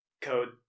code